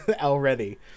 already